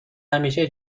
همیشه